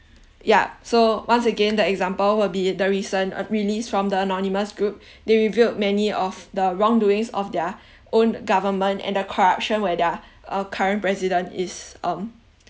ya so once again the example will be the recent uh release from the anonymous group they revealed many of the wrongdoings of their own government and the corruption where their uh current president is um